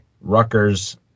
Rutgers